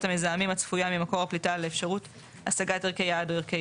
המזהמים הצפויה ממקור הפליטה על אפשרות השגת ערכי יעד או ערכי